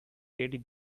teddy